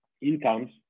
incomes